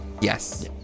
Yes